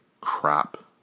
crap